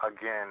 again